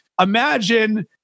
imagine